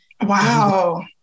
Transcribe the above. Wow